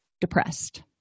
depressed